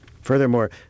Furthermore